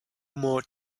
more